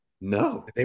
No